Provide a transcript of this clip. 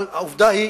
אבל העובדה היא,